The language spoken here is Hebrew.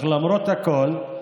למרות הכול,